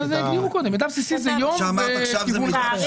מידע בסיסי זה יום וכיוון הנסיעה.